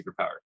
superpower